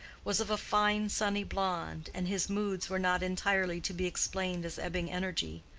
was of a fine, sunny blonde, and his moods were not entirely to be explained as ebbing energy.